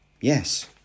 Yes